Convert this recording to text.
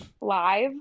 live